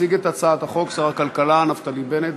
יציג את הצעת החוק שר הכלכלה נפתלי בנט.